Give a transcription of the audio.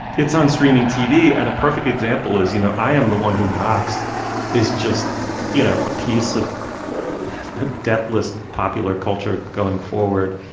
it's on streaming tv and a perfect example is you know i am the one who knocks is just you know a piece of the deathless popular culture going forward.